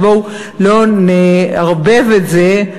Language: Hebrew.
אז בואו לא נערבב את זה.